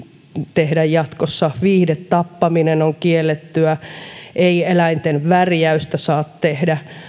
tehdä jatkossa viihdetappaminen on kiellettyä ei eläinten värjäystä saa tehdä